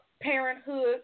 parenthood